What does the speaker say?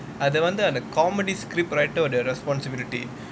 அத வந்து:atha vanthu comedy script writer the responsibility